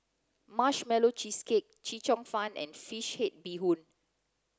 Marshmallow Cheesecake Chee Cheong fun and fish head bee hoon